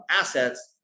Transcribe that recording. assets